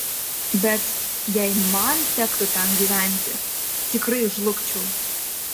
bet jei man tektų ten gyventi tikrai žlugčiau